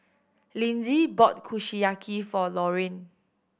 Lindsey bought Kushiyaki for Loraine